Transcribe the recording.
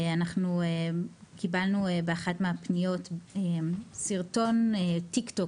אנחנו קיבלנו באחת מהפניות סרטון טיקטוק